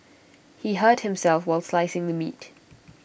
he hurt himself while slicing the meat